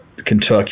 Kentucky